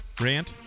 Rant